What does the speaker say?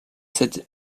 cette